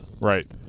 right